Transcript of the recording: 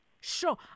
Sure